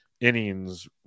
innings